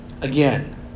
Again